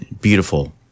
beautiful